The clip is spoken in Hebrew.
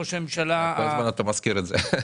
ראש הממשלה הנוכחי --- כל הזמן אתה מזכיר את זה.